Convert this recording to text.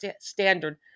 standard